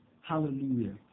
Hallelujah